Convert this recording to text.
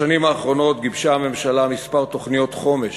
בשנים האחרונות גיבשה הממשלה כמה תוכניות חומש